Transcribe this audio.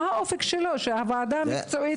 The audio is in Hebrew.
שהוועדה המקצועית תקבע.